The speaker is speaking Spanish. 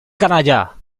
canalla